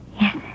Yes